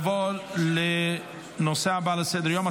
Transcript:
נעבור לנושא הבא על סדר-היום,